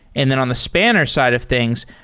and then on the spanner side of things,